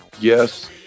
yes